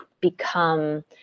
become